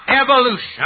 evolution